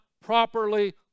properly